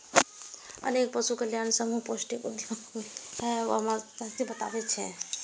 अनेक पशु कल्याण समूह पॉल्ट्री उद्योग कें अमानवीय बताबै छै